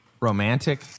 Romantic